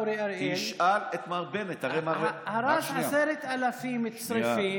אגב, עשר שנים הליכוד לא טיפל.